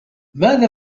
ماذا